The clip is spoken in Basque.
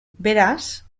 beraz